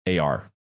AR